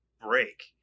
break